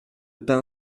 pain